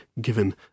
given